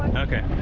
okay